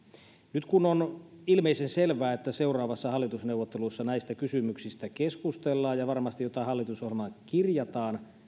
nyt on ilmeisen selvää että seuraavissa hallitusneuvotteluissa näistä kysymyksistä keskustellaan ja varmasti jotain hallitusohjelmaan kirjataan